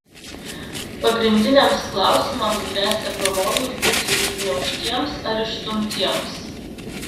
pagrindiniams klausimams gresia pavojus būti užgniaužtiems ar išstumtiems